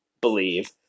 believe